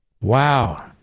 Wow